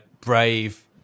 brave